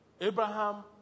Abraham